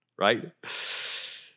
right